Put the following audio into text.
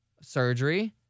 surgery